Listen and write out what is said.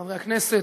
חברי הכנסת,